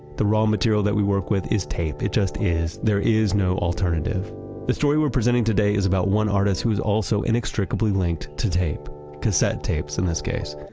the raw material that we work with is tape. it just is. there is no alternative the story we're presenting today is about one artist who is also inextricably linked to tape cassette tapes, in this case.